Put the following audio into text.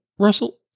Russell